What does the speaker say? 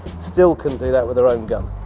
still couldn't do that with their own gun.